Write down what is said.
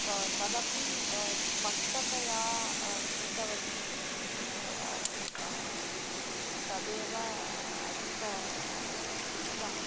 त तदपि स्पष्टतया गीतवती तदेव अधिकम् इष्टम्